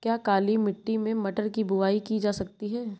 क्या काली मिट्टी में मटर की बुआई की जा सकती है?